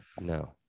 No